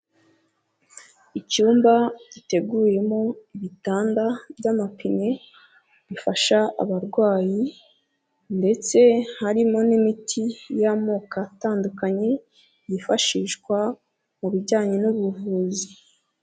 Icyumba giteguyemo ibitanda by'amapine bifasha abarwayi ndetse harimo n'imiti y'amoko atandukanye, yifashishwa mu bijyanye n'ubuvuzi.